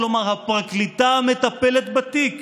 כלומר הפרקליטה המטפלת בתיק,